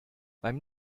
beim